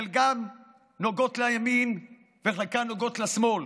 חלקן נוגעות לימין וחלקן נוגעות לשמאל.